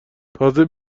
تازه